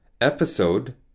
episode